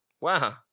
Wow